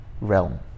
realm